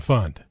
Fund